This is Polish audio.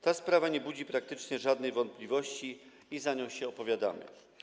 Ta sprawa nie budzi praktycznie żadnej wątpliwości i za nią się opowiadamy.